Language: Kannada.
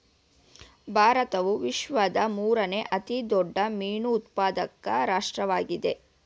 ಭಾರತವು ವಿಶ್ವದ ಮೂರನೇ ಅತಿ ದೊಡ್ಡ ಮೀನು ಉತ್ಪಾದಕ ರಾಷ್ಟ್ರವಾಗಿದೆ